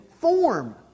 form